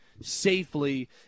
safely